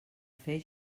fer